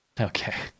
okay